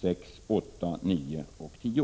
samt 8—10.